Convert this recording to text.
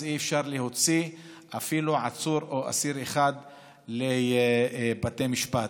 אז אי-אפשר להוציא אפילו עצור או אסיר אחד לבתי משפט,